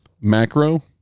macro